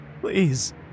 please